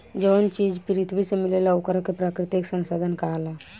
जवन चीज पृथ्वी से मिलेला ओकरा के प्राकृतिक संसाधन कहाला